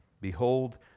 Behold